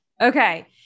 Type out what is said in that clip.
Okay